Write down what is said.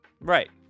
Right